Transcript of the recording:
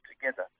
together